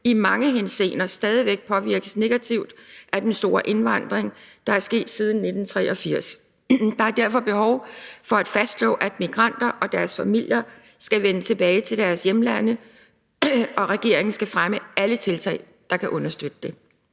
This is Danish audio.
i mange henseender stadigvæk påvirkes negativt af den store indvandring, der er sket siden 1983. Der er derfor behov for at fastslå, at migranter og deres familier skal vende tilbage til deres hjemlande, og regeringen skal fremme alle tiltag, der kan understøtte det.